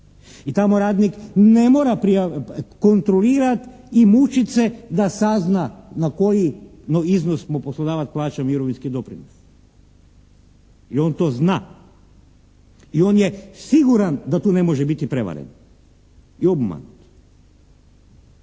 I tamo radnik ne mora kontrolirati i mučit se da sazna na koji iznos mu poslodavac plaća mirovinski doprinos i on to zna. I on je siguran da tu ne može biti prevaren i obmanut.